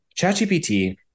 ChatGPT